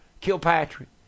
Kilpatrick